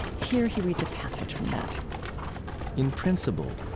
here he reads a passage from that in principle,